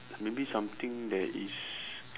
maybe something that is